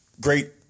Great